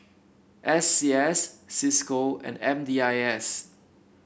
S C S Cisco and M D I S